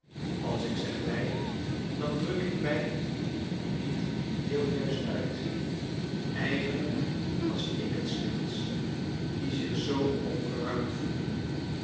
als ik zeg wij dan druk ik mij niet heel juist uit eigenlijk was ik het slechts die zich zoo opgeruimd voelde